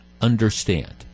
understand